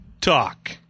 talk